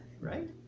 right